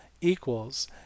equals